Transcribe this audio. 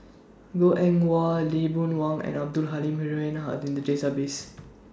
Goh Eng Wah Lee Boon Wang and Abdul Halim Haron Are in The Database